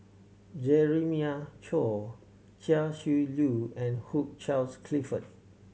Jeremiah Choy Chia Shi Lu and Hugh Charles Clifford